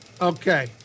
Okay